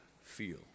feel